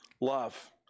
love